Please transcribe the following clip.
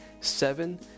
seven